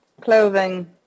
Clothing